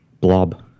blob